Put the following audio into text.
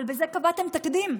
אבל בזה קבעתם תקדים.